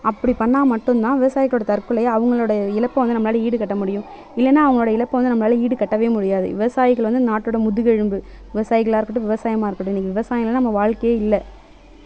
அப்படி பண்ணால் மட்டும் தான் விவசாயிகளோடய தற்கொலையை அவங்களோட இழப்பை வந்து நம்மளால ஈடுகட்ட முடியும் இல்லைனா அவங்களோடைய இழப்பை வந்து நம்மளால ஈடுகட்டவே முடியாது விவசாயிகள் வந்து நாட்டோடய முதுகெலும்பு விவசாயிகளாக இருக்கட்டும் விவசாயமாக இருக்கட்டும் இன்னிக்கி விவசாயம் இல்லைனா நம்ம வாழ்க்கையே இல்லை